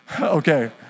Okay